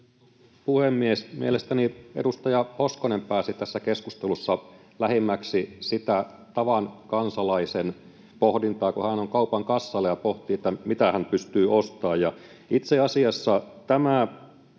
puhemies! Mielestäni edustaja Hoskonen pääsi tässä keskustelussa lähimmäksi sitä tavan kansalaisen pohdintaa, kun hän on kaupan kassalla ja pohtii, että mitä hän pystyy ostamaan. Itse asiassa tämä